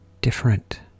different